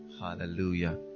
Hallelujah